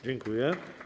Dziękuję.